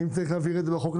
ואם צריך להבהיר את זה בחוק,